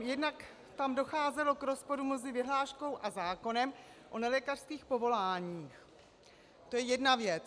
Jednak tam docházelo k rozporu mezi vyhláškou a zákonem o nelékařských povoláních, to je jedna věc.